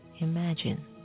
Imagine